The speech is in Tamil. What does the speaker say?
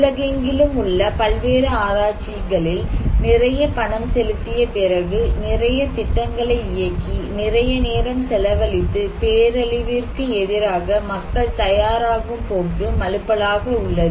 உலகெங்கிலும் உள்ள பல்வேறு ஆராய்ச்சிகளில் நிறைய பணம் செலுத்திய பிறகு நிறைய திட்டங்களை இயக்கி நிறைய நேரம் செலவழித்து பேரழிவிற்கு எதிராக மக்கள் தயாராகும் போக்கு மழுப்பலாக உள்ளது